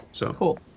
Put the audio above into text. Cool